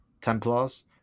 Templars